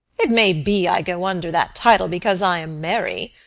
it may be i go under that title because i am merry.